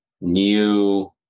new